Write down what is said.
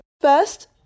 First